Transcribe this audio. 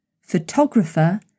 photographer